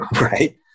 right